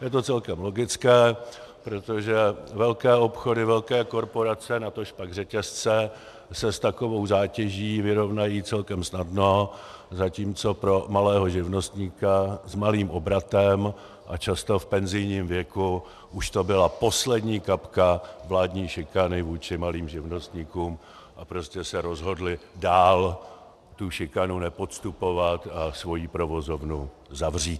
Je to celkem logické, protože velké obchody, velké korporace, natožpak řetězce se s takovou zátěží vyrovnají celkem snadno, zatímco pro malého živnostníka s malým obratem a často v penzijním věku už to byla poslední kapka vládní šikany vůči malým živnostníkům a prostě se rozhodli dál tu šikanu nepodstupovat a svoji provozovnu zavřít.